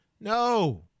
No